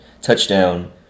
touchdown